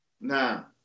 Now